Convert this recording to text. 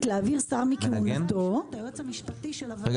להעביר שר מכהונתו בהחלטה של רוב חבריה,